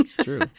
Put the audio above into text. True